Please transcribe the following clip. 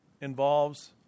involves